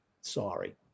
Sorry